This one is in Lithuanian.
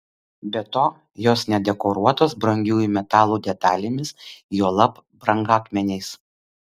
be to jos nedekoruotos brangiųjų metalų detalėmis juolab brangakmeniais